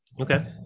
Okay